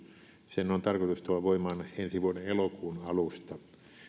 sen on tarkoitus tulla voimaan ensi vuoden elokuun alusta tätä